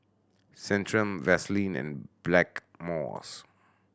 Centrum Vaselin and Blackmores